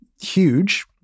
huge